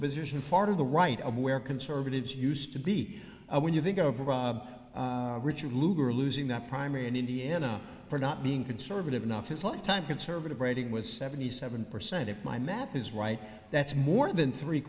a position far to the right of where conservatives used to be when you think overall richard lugar losing the primary in indiana for not being conservative enough his lifetime conservative rating was seventy seven percent if my math is right that's more than three